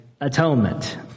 atonement